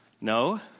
No